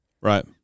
Right